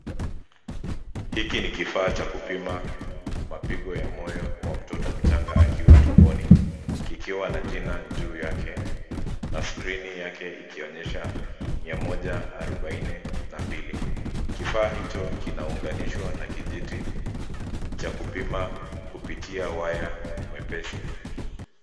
Hiki ni kifaa cha kupima mapigo ya moyo wa mtoto mchanga akiwa tumboni; kikiwa na jina juu yake, na skrini yake ikionyesha mia moja arobaini na mbili. Kifaa hicho kinaunganishwa na kijiti cha kupima kupitia waya mwepesi.